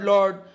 Lord